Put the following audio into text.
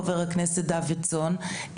חבר הכנסת דוידסון,